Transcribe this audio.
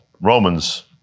Romans